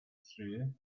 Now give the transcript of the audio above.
through